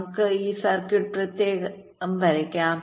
നമുക്ക് ഈ സർക്യൂട്ട് പ്രത്യേകം വരയ്ക്കാം